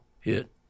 hit